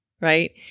right